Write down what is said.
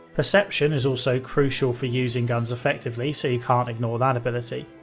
perception is also crucial for using guns effectively, so you can't ignore that ability.